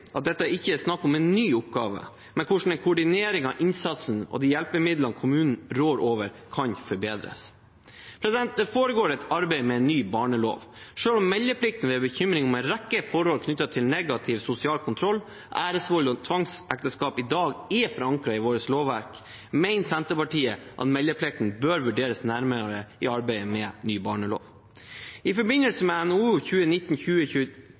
at dette ikke er snakk om en ny oppgave, men hvordan koordinering av innsatsen og de hjelpemidlene kommunen rår over, kan forbedres. Det foregår et arbeid med ny barnelov. Selv om meldeplikten ved bekymring om en rekke forhold knyttet til negativ sosial kontroll, æresvold og tvangsekteskap i dag er forankret i lovverket vårt, mener Senterpartiet at meldeplikten bør vurderes nærmere i arbeidet med ny barnelov. I forbindelse med NOU 2019: